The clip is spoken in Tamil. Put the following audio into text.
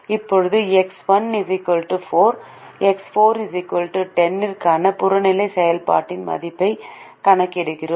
இப்போது எக்ஸ் 1 4 எக்ஸ் 4 10 க்கான புறநிலை செயல்பாட்டின் மதிப்பைக் கணக்கிடுகிறேன்